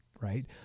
Right